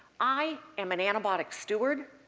i am an antibiotic steward,